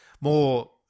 more